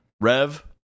Rev